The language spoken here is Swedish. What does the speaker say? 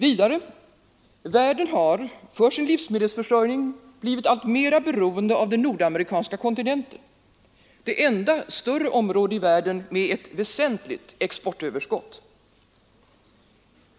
Vidare: Världen har för sin livsmedelsförsörjning blivit alltmer beroende av den nordamerikanska kontinenten, det enda större område i världen med ett väsentligt exportöverskott.